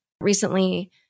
recently